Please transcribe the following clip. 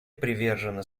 привержена